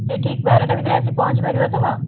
ସେ ଠିକ୍ ବାରଟା ଭିତରେ ଆସି ପହଁଞ୍ଚିପାରିବ ତ